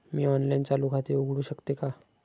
मी online चालू खाते उघडू शकते का?